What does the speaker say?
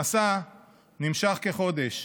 המסע נמשך כחודש.